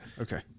okay